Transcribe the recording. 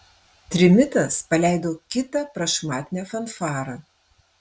trimitas paleido kitą prašmatnią fanfarą